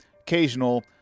occasional